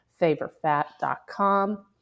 favorfat.com